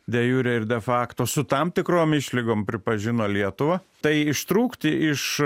de jure ir de fakto su tam tikrom išlygom pripažino lietuvą tai ištrūkti iš